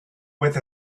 with